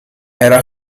era